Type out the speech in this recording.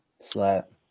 Slap